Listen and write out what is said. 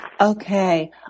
Okay